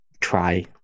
try